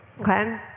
okay